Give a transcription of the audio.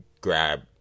grab